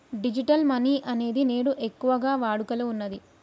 digital money అనేది నేడు ఎక్కువగా వాడుకలో ఉన్నది